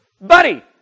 buddy